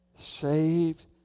Saved